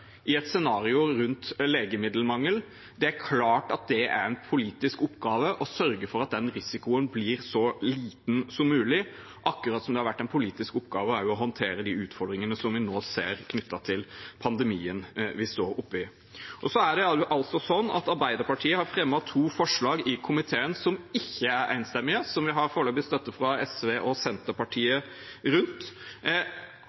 i et scenario rundt legemiddelmangel. Det er klart at det er en politisk oppgave å sørge for at den risikoen blir så liten som mulig, akkurat som det har vært en politisk oppgave å håndtere de utfordringene vi nå ser knyttet til pandemien vi står oppe i. Så har Arbeiderpartiet fremmet to forslag i komiteen som det ikke er enstemmighet om, vi har foreløpig støtte fra SV og Senterpartiet.